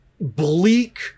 bleak